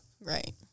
Right